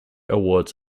awards